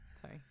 sorry